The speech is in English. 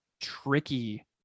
tricky